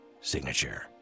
signature